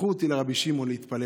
קחו אותי לרבי שמעון להתפלל.